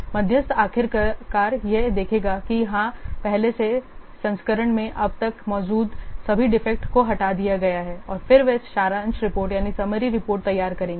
मध्यस्थ आखिरकार यह देखेगा कि हाँ पहले के संस्करण में अब तक मौजूद सभी डिफेक्ट को हटा दिया गया है और फिर वे समरी रिपोर्ट तैयार करेंगे